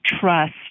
trust